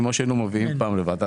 כמו שהיינו מביאים פעם לוועדת הכספים.